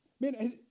Man